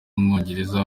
w’umwongereza